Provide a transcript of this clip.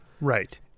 Right